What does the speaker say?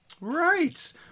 Right